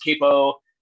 capo